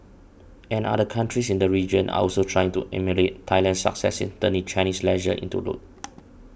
and other countries in the region are also trying to emulate Thailand's success in turning Chinese leisure into loot